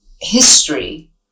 history